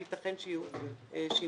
ויתכן שיהיו שינויים.